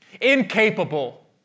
Incapable